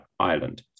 Ireland